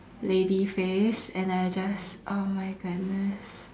lady face and I just oh my goodness